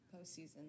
postseason